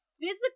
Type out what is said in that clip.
physical